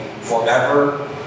forever